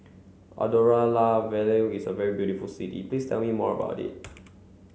Andorra La Vella is a very beautiful city please tell me more about it